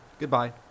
Goodbye